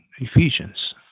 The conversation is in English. Ephesians